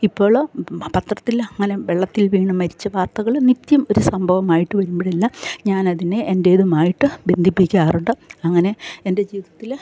ഇപ്പോള് പത്രത്തിൽ അങ്ങനെ വെള്ളത്തിൽ വീണ് മരിച്ച വാർത്തകള് നിത്യം ഒരു സംഭവമായിട്ട് വരുമ്പഴെല്ലാം ഞാനതിനെ എൻ്റെതുമായിട്ട് ബന്ധിപ്പിക്കാറുണ്ട് അങ്ങനെ എൻ്റെ ജീവിതത്തില്